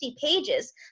pages